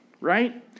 right